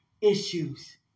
issues